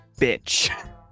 bitch